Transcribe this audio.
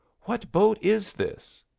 what boat is this?